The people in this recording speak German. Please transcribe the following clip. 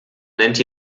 nennt